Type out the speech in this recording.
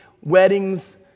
weddings